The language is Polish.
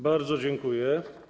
Bardzo dziękuję.